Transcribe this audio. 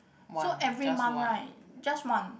so every month right just one